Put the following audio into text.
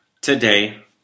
today